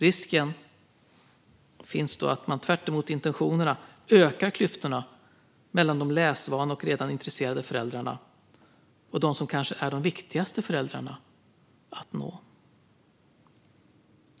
Risken finns då att man tvärtemot intentionerna ökar klyftorna mellan de läsvana och redan intresserade föräldrarna och dem som kanske är de viktigaste föräldrarna att nå.